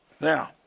Now